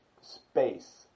Space